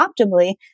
optimally